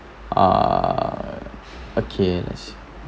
err okay let's